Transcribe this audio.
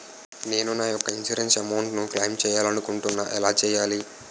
నేను నా యెక్క ఇన్సురెన్స్ అమౌంట్ ను క్లైమ్ చేయాలనుకుంటున్నా ఎలా చేయాలి?